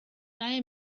leihe